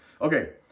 Okay